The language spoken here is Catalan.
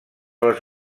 les